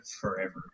forever